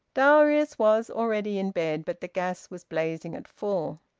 darius was already in bed, but the gas was blazing at full.